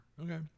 Okay